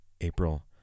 April